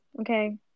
okay